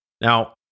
Now